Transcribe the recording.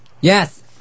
Yes